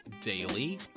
daily